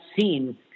seen